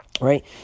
right